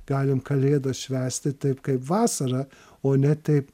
galim kalėdas švęsti taip kaip vasarą o ne taip